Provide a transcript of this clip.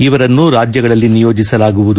ಇವರನ್ನು ರಾಜ್ಯಗಳಲ್ಲಿ ನಿಯೋಜಿಸಲಾಗಿವುದು